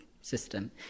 system